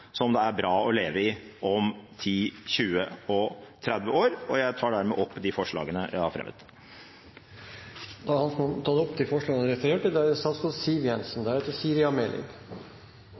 som det er bra å leve i om 10, 20 og 30 år. Jeg tar med det opp de forslagene jeg har fremmet. Representanten Rasmus Hansson har tatt opp de forslagene han refererte til. Statens pensjonsfond er